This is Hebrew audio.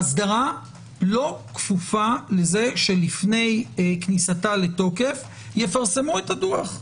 אסדרה לא כפופה לזה שלפני כניסתה לתוקף יפרסמו את הדוח.